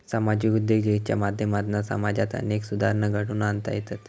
सामाजिक उद्योजकतेच्या माध्यमातना समाजात अनेक सुधारणा घडवुन आणता येतत